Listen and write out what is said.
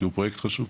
כי הוא פרויקט חשוב.